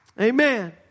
Amen